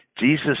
Jesus